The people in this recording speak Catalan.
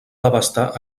devastar